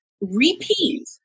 repeat